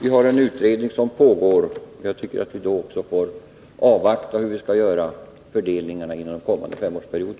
vi har en utredning som pågår. Jag tycker att vi därför måste avvakta hur vi skall göra fördelningarna inom den kommande femårsperioden.